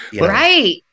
Right